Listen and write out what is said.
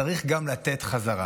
וצריך גם לתת בחזרה.